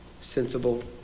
sensible